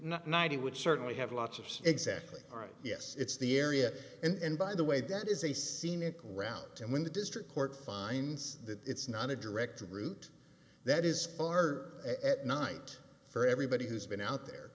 not night he would certainly have lots of exactly right yes it's the area and by the way that is a scenic route and when the district court finds that it's not a direct route that is far at night for everybody who's been out there